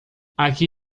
aqui